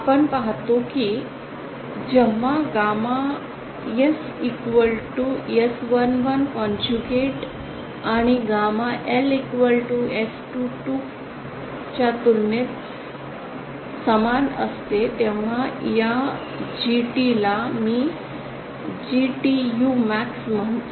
आपण पाहतो की जेव्हा गॅमा एस एस ११ कंजुगेटआणि गॅमा एल एस २२ S22 च्या तुलनेत समान असते तेव्हा या जीटी ला मी जीटीयू कमाल म्हणतो